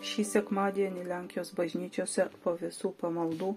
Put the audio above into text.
šį sekmadienį lenkijos bažnyčiose po visų pamaldų